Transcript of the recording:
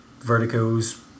Vertigo's